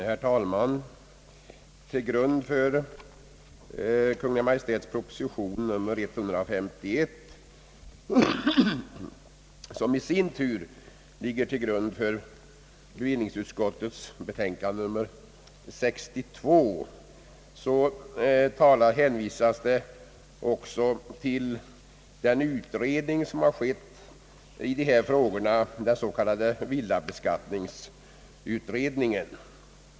Herr talman! Till grund för Kungl. Maj:ts proposition nr 151 — som i sin tur ligger till grund för bevillningsutskottets betänkande nr 62 — har bl.a. lagts den s.k. villabeskattningsutredningens förslag.